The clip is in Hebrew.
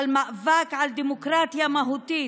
אבל מאבק על דמוקרטיה מהותית,